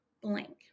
blank